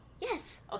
Yes